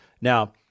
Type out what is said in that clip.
Now